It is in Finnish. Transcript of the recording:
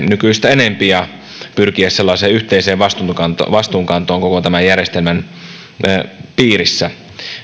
nykyistä enempi ja pyrittäisiin sellaiseen yhteiseen vastuunkantoon vastuunkantoon koko tämän järjestelmän piirissä